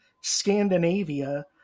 Scandinavia